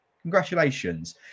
congratulations